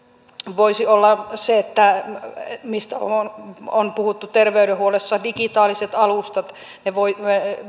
voisi olla myöskin se mistä on on puhuttu terveydenhuollossa digitaaliset alustat